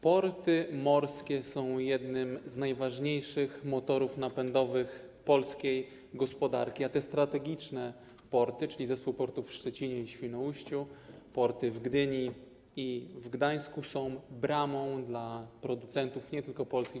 Porty morskie są jednymi z najważniejszych motorów napędowych polskiej gospodarki, a te strategiczne porty, czyli zespół portów w Szczecinie i Świnoujściu, porty w Gdyni i w Gdańsku są bramą do światowych rynków dla producentów nie tylko polskich.